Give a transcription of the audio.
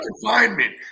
confinement